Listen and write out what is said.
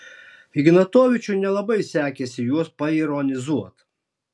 ignatovičiui nelabai sekėsi juos paironizuot